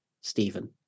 Stephen